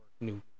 new